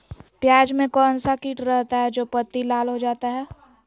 प्याज में कौन सा किट रहता है? जो पत्ती लाल हो जाता हैं